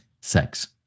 sex